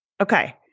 Okay